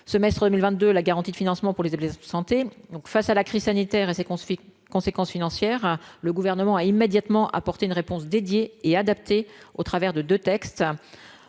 semestre 2022, la garantie de financement pour les santé donc face à la crise sanitaire et c'est qu'on se fait conséquences financières, le gouvernement a immédiatement apporter une réponse dédiée et adapté au travers de de textes